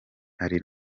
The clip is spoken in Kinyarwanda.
hari